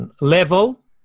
level